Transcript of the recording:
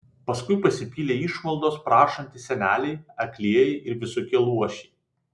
paskui pasipylė išmaldos prašantys seneliai aklieji ir visokie luošiai